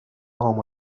como